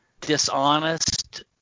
dishonest